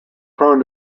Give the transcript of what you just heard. prone